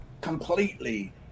completely